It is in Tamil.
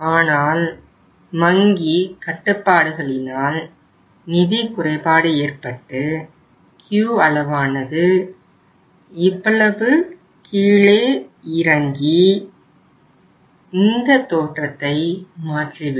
ஆனால் வங்கி கட்டுப்பாடுகளினால் நிதி குறைபாடு ஏற்பட்டு Q அளவானது இவ்வளவு கீழே இறங்கி இந்த தோற்றத்தை மாற்றிவிடும்